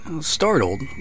startled